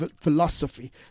philosophy